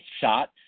shot